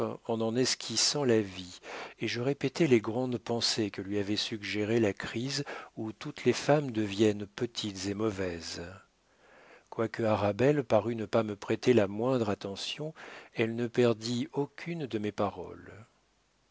en en esquissant la vie et je répétai les grandes pensées que lui avait suggérées la crise où toutes les femmes deviennent petites et mauvaises quoique arabelle parût ne pas me prêter la moindre attention elle ne perdit aucune de mes paroles